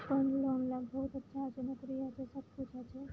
loan लैके बहुत अच्छा होइ छै नौकरी बास्ते सब कुछ होइ छै